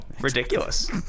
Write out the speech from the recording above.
Ridiculous